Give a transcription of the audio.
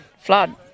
flood